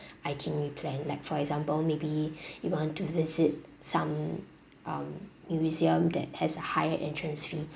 itinerary plan like for example maybe you want to visit some um museum that has a higher entrance fee